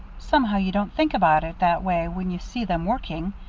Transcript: somehow you don't think about it that way when you see them working.